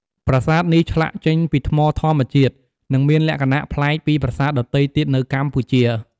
ប្រាសាទនេះឆ្លាក់ចេញពីថ្មធម្មជាតិ និងមានលក្ខណៈប្លែកពីប្រាសាទដទៃទៀតនៅកម្ពុជា។